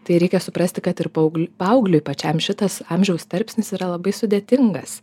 tai reikia suprasti kad ir paaugl paaugliui pačiam šitas amžiaus tarpsnis yra labai sudėtingas